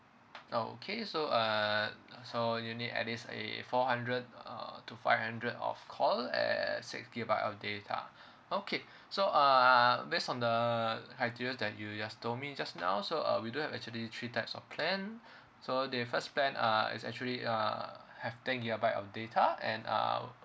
okay so uh so you need at least a four hundred uh to five hundred of call and sixty gigabyte of data okay so uh based on the criteria that you just told me just now so uh we do have actually three types of plan so the first plan uh is actually uh have ten gigabyte of data and uh